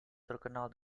terkenal